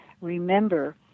remember